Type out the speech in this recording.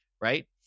right